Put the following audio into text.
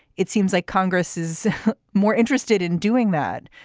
it seems like congress is more interested in doing that.